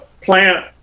plant